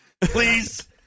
Please